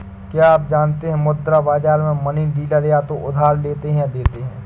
क्या आप जानते है मुद्रा बाज़ार में मनी डीलर या तो उधार लेते या देते है?